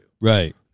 Right